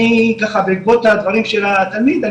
אני ככה בעקבות הדברים של התלמיד אני